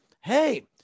hey –